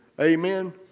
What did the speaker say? Amen